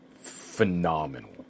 phenomenal